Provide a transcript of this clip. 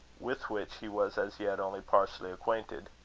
with which he was as yet only partially acquainted.